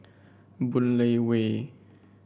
Boon Lay Way